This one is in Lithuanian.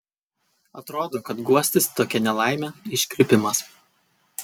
atrodo kad guostis tokia nelaime iškrypimas